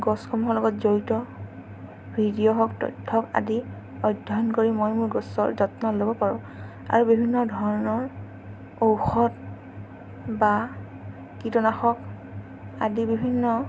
গছসমূহৰ লগত জড়িত ভিডিঅ' হওক তথ্য আদি অধ্যয়ন কৰি মই মোৰ গছৰ যত্ন ল'ব পাৰোঁ আৰু বিভিন্ন ধৰণৰ ঔষধ বা কীটনাশক আদি বিভিন্ন